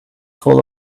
full